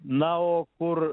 na o kur